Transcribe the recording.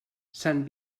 sant